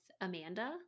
Amanda